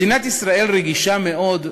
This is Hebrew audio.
מדינת ישראל רגישה מאוד,